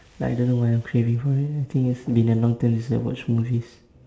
I don't know why I'm craving for it I think it's been a long time since I watched movies